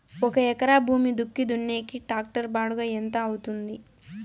ఒక ఎకరా భూమి దుక్కి దున్నేకి టాక్టర్ బాడుగ ఎంత అవుతుంది?